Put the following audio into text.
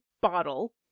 bottle